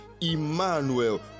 Emmanuel